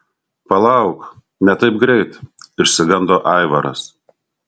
palauk ne taip greit išsigando aivaras